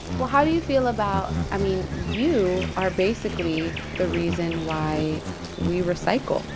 well, how do you feel about i mean, you are basically the reason why we recycle